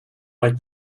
like